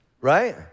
right